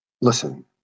listen